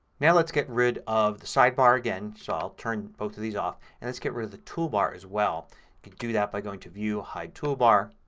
now let's get rid of the sidebar again. so i'll turn both of these off. and let's get rid of the toolbar as well. you can do that by going to view, hide toolbar